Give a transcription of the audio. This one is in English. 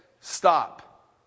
stop